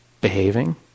behaving